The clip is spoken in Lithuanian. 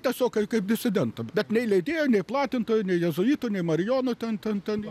tiesiog kaip disidentį bet nei leidėjo nei platintojų nei jėzuitų nei marijonų ten ten ten